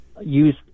use